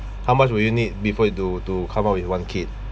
how much will you need before to to come out with one kid